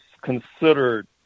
considered